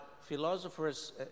philosophers